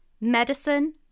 Medicine